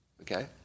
Okay